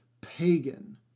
pagan